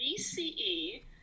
BCE